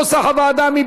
כנוסח הוועדה.